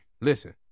Listen